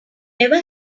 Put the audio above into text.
never